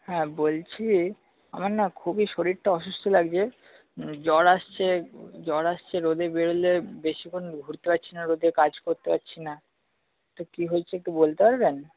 হ্যাঁ বলছি আমার না খুবই শরীরটা অসুস্থ লাগছে জ্বর আসছে জ্বর আসছে রোদে বেরোলে বেশিক্ষণ ঘুরতে পারছি না রোদে কাজ করতে পারছি না তো কী হয়েছে একটু বলতে পারবেন